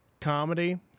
comedy